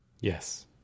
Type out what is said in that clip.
Yes